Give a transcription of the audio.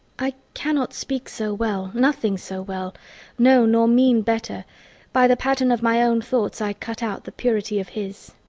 i cannot speak so well, nothing so well no, nor mean better by the pattern of mine own thoughts i cut out the purity of his.